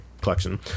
collection